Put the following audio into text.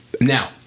Now